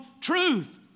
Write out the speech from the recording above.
truth